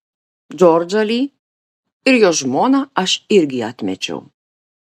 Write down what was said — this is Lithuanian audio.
džordžą li ir jo žmoną aš irgi atmečiau